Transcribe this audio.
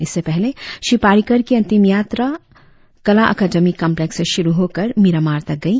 इससे पहले श्री पर्रिकर की अंतिम यात्रा कला अकादमी कंप्लेक्स से शुरु होकर मिरामार तक गई